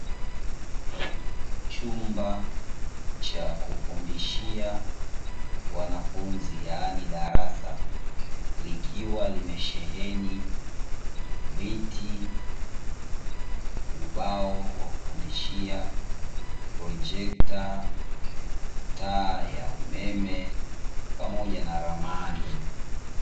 Chumba cha kufundishia wanafunzi yaani darasa, likiwa limesheheni viti, ubao wa kufundishia, projekta taa ya umeme pamoja na ramani.